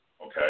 okay